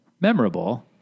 memorable